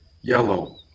yellow